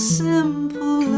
simple